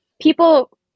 people